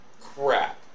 Crap